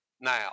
now